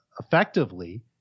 effectively